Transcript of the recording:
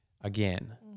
again